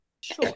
Sure